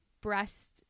breast